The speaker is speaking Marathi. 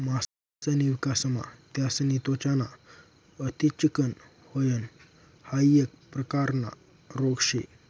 मासासनी विकासमा त्यासनी त्वचा ना अति चिकनं व्हयन हाइ एक प्रकारना रोग शे